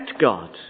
God